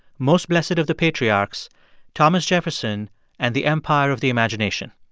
most blessed of the patriarchs thomas jefferson and the empire of the imagination.